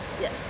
Yes